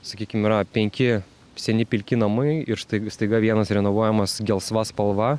sakykim yra penki seni pilki namai ir stai staiga vienas renovuojamas gelsva spalva